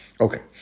Okay